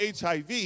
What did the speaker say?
HIV